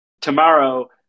tomorrow